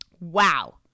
Wow